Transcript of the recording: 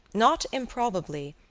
not improbably,